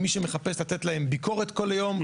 כמי שמחפש לתת להן ביקורת כל היום.